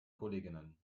kolleginnen